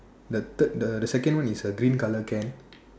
the third the the second one is a green color can